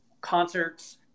concerts